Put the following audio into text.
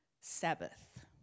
Sabbath